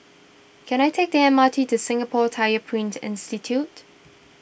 can I take the M R T to Singapore Tyler Print Institute